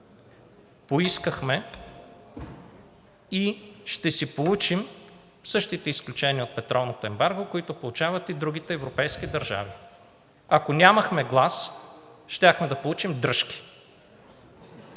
поискахме и ще получим същите изключения от петролното ембарго, каквито получават и другите европейски държави. Ако нямахме глас, щяхме да получим дръжки.